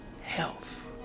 health